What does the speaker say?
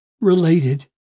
related